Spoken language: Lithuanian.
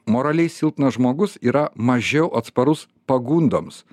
moraliai silpnas žmogus yra mažiau atsparus pagundoms